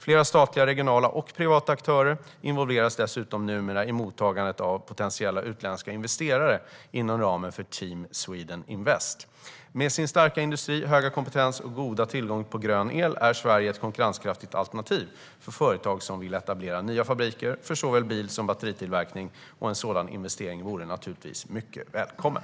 Flera statliga, regionala och privata aktörer involveras dessutom numera i mottagandet av potentiella utländska investerare inom ramen för Team Sweden Invest. Med sin starka industri, höga kompetens och goda tillgång på grön el är Sverige ett konkurrenskraftigt alternativ för företag som vill etablera nya fabriker för såväl bil som batteritillverkning, och en sådan investering vore naturligtvis mycket välkommen.